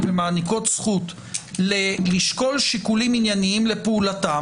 ומעניקות זכות לשקול שיקולים עניינים לפעולתם,